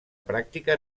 pràctica